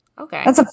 Okay